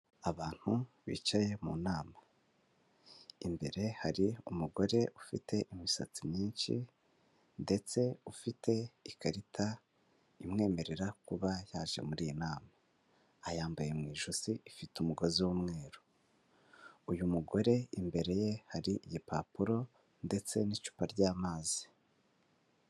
Abantu bicaye mu nama, imbere hari umugore ufite imisatsi myinshi ndetse ufite ikarita imwemerera kuba yaje muri iyi nama, ayambaye mu ijosi ifite umugozi w'umweru. Uyu mugore imbere ye hari igipapuro ndetse n'icupa ry'amazi.